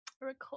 record